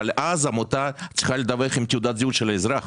אבל אז העמותה צריכה לדווח עם תעודת זהות של האזרח.